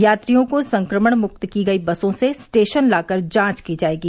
यात्रियों को संक्रमण मुक्त की गई बसों से स्टेशन लाकर जांच की जाएगी